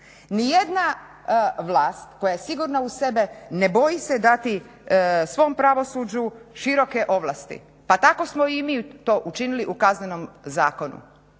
Nijedna vlast koja je sigurna u sebe ne boji se dati svom pravosuđu široke ovlasti. Pa tako smo i mi to učinili u Kaznenom zakonu.